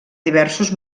diversos